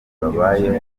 babayeho